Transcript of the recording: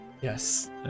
yes